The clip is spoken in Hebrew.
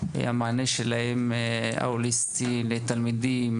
המענה שלהם ההוליסטי לתלמידים,